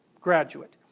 graduate